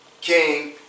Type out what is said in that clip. king